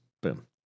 Boom